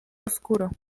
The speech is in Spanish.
oscuro